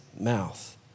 mouth